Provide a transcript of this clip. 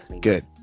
good